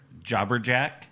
Jobberjack